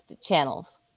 Channels